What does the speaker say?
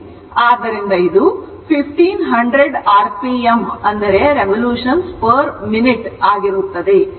ಆದ್ದರಿಂದ ಇದು 1500 r p m ಆಗಿರುತ್ತದೆ